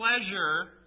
pleasure